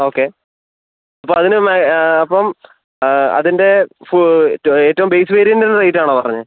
okay അപ്പം അതിനും അപ്പം അതിൻ്റെ ഫു ഏറ്റവും ബേസ് വേരിയന്റ് വരുന്ന റേറ്റാണോ പറഞ്ഞത്